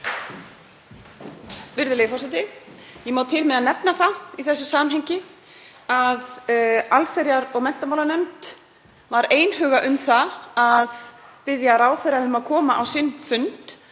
Virðulegi forseti. Ég má til með að nefna það í þessu samhengi að allsherjar- og menntamálanefnd var einhuga um að biðja ráðherrann um að koma á sinn fund